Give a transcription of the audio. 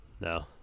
No